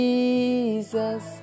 Jesus